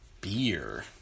beer